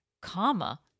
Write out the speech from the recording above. comma